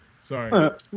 sorry